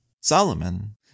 Solomon